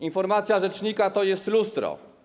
Informacja rzecznika to jest lustro.